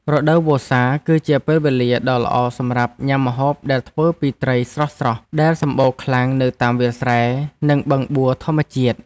រដូវវស្សា គឺជាពេលវេលាដ៏ល្អសម្រាប់ញ៉ាំម្ហូបដែលធ្វើពីត្រីស្រស់ៗដែលសម្បូរខ្លាំងនៅតាមវាលស្រែ និងបឹងបួធម្មជាតិ។